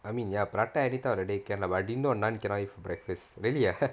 I mean ya prata any time of the day can lah ya I didn't know naan cannot eat for breakfast வெளிய:veliyae ah